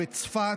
בצפת,